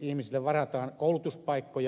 ihmisille varataan koulutuspaikkoja